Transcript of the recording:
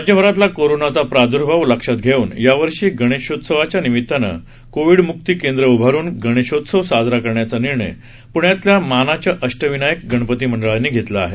राज्यभरातला कोरोनाचा प्रादुर्भाव लक्षात घेऊन यावर्षी गणेशोत्सवाच्या निमीतानं कोविड मुक्ती केंद्र उभारुन गणेशोत्सव साजरा करण्याचा निर्णय प्ण्यातल्या मानाच्या अष्टविनायक गणपती मंडळांनी घेतला आहे